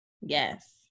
Yes